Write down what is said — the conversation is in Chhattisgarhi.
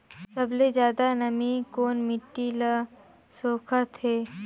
सबले ज्यादा नमी कोन मिट्टी ल सोखत हे?